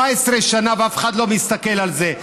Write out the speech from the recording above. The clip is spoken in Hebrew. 17 שנה, ואף אחד לא מסתכל על זה.